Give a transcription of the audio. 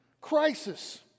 Crisis